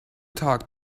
talk